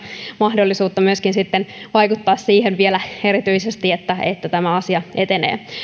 mahdollisuutta sitten vaikuttaa vielä erityisesti siihen että tämä asia etenee